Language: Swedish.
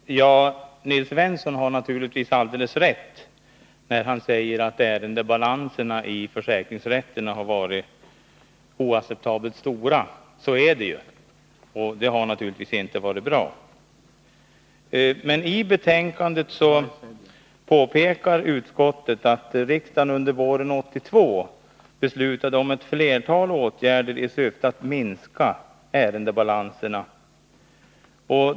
Herr talman! Nils Svensson har naturligtvis alldeles rätt när han säger att ärendebalanserna i försäkringsrätterna har varit oacceptabelt stora. Så är det ju. Det har naturligtvis inte varit bra. Men i betänkandet påpekar utskottet att riksdagen under våren 1982 beslöt om ett flertal åtgärder i syfte att minska ärendebalanserna.